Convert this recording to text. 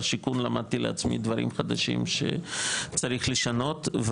שיכון למדתי לעצמי דברים חדשים שצריך לשנות.